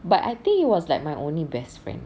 but I think he was like my only best friend